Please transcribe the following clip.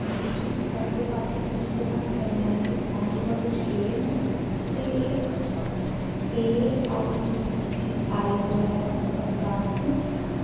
U G स्तर दे पाठ्यक्रम प्रदान करने आह्ले सारे कालज केह्ड़े न ते A A I C T E द्वारा मान्यता प्राप्त न